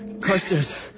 Carstairs